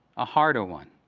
a harder one.